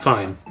Fine